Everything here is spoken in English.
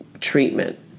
treatment